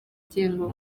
gihembo